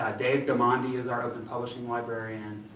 ah dave ghamandi is our open publishing librarian,